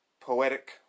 poetic